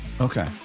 Okay